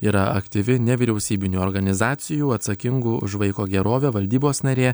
yra aktyvi nevyriausybinių organizacijų atsakingų už vaiko gerovę valdybos narė